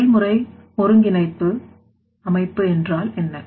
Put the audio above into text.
செயல்முறை ஒருங்கிணைப்பு அமைப்பு என்றால் என்ன